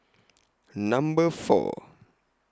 Number four